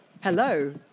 hello